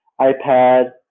iPad